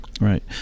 Right